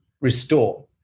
restore